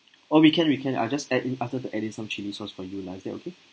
oh we can we can I'll just add in after the adding some chilli sauce for you lah is that okay